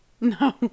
No